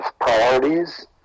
priorities